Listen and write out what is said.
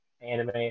anime